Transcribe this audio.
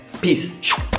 Peace